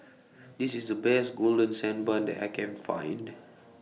This IS The Best Golden Sand Bun that I Can Find